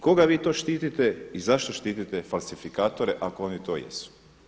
Koga vi to štitite i zašto štitite falsifikatore ako oni to jesu?